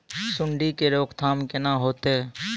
सुंडी के रोकथाम केना होतै?